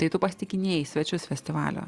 tai tu pasitikinėjai svečius festivalio